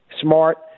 smart